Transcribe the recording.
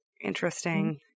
Interesting